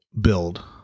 build